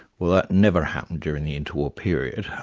well that never happened during the inter-war period.